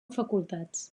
facultats